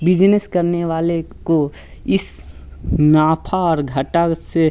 business करने वाले को इस नफ़ा और घाटा से